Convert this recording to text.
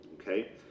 okay